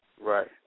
Right